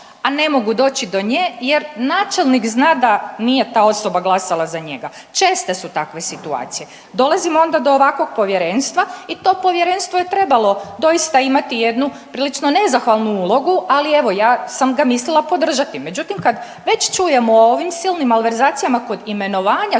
a ne mogu doći do nje jer načelnik zna da nije ta osoba glasala za njega. Česte su takve situacije. Dolazimo onda do ovakvog povjerenstva i to povjerenstvo je trebalo doista imati jednu prilično nezahvalnu ulogu. Ali evo ja sam ga mislila podržati. Međutim, kad već čujemo o ovim silnim malverzacijama kod imenovanja